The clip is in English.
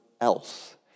else